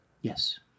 Yes